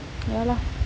ya lah